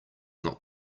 not